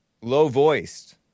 low-voiced